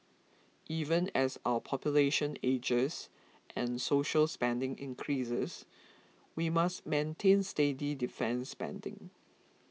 even as our population ages and social spending increases we must maintain steady defence spending